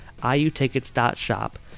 iutickets.shop